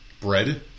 bread